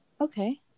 Okay